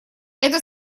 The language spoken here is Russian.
это